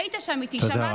היית שם איתי, שמעת את זה.